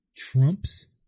Trumps